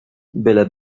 byle